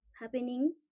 happening